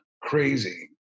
crazy